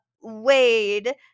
Wade